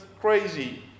crazy